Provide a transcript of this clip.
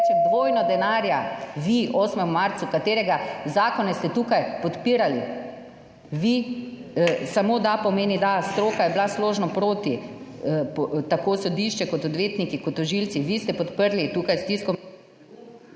dvojno denarja, vi 8. marcu, katerega zakone ste tukaj podpirali, vi, samo da, pomeni da. Stroka je bila složno proti, tako sodišče kot odvetniki, kot tožilci, vi ste podprli tukaj stisko…